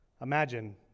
Imagine